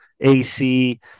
AC